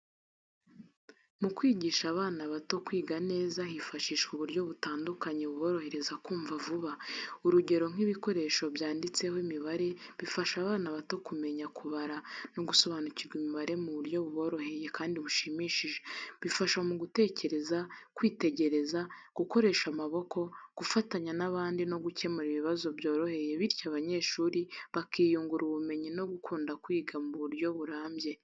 Mu kwigisha abana bato kwiga neza, hifashishwa uburyo butandukanye buborohereza kumva vuba. Urugero nk’ibikoresho byanditseho imibare bifasha abana bato kumenya kubara no gusobanukirwa imibare mu buryo buboroheye kandi bushimishije. Bifasha mu gutekereza, kwitegereza, gukoresha amaboko, gufatanya n’abandi no gukemura ibibazo byoroheje, bityo abanyeshuri bakiyungura ubumenyi no gukunda kwiga mu buryo burambye.